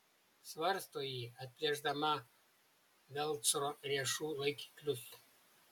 svarsto ji atplėšdama velcro riešų laikiklius